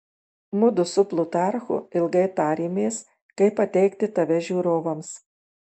mudu su plutarchu ilgai tarėmės kaip pateikti tave žiūrovams